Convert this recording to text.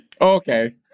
okay